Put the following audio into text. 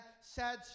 sad